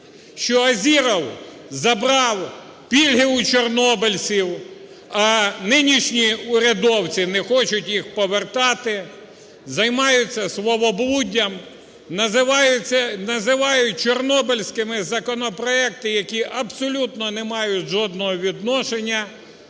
що "Азіров" забрав пільги у чорнобильців, а нинішні урядовці не хочуть їх повертати, займаються словоблуддям, називають чорнобильськими законопроекти, які абсолютно не мають жодного відношення